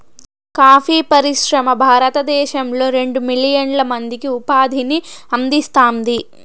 coffee పరిశ్రమ భారతదేశంలో రెండు మిలియన్ల మందికి ఉపాధిని అందిస్తాంది